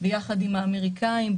ביחד עם האמריקאים.